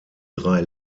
drei